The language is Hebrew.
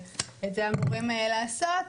ואת זה אמורים לעשות,